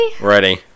Ready